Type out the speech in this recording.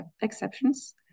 exceptions